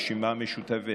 הרשימה המשותפת,